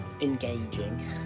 engaging